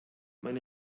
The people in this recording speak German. man